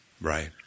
Right